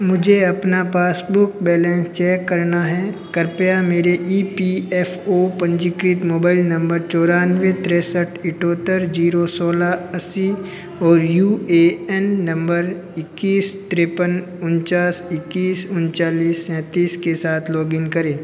मुझे अपना passbook balance check करना है कृपया मेरे ई पी एफ़ ओ पंजीकृत मोबाइल नम्बर चौरानवे तिरसठ अठहत्तर जीरो सोलह अस्सी और यू ए एन नम्बर इक्कीस तिरेपन उनचास इक्कीस उनतालीस सैन्तीस के साथ लॉग इन करें